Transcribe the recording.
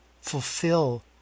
fulfill